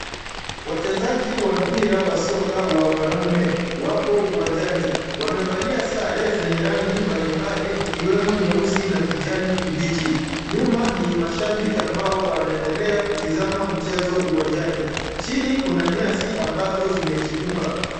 Wachezaji wa mpira wa soka wa wanaume wapo uwanjani. Wamevalia sare zenye rangi mbalimbali ikiwemo nyeusi na kijani kibichi. Nyuma ni mashabiki ambao wanaendelea kutazama mchezo uwanjani. Chini kuna nyasi ambazo zimechipuka.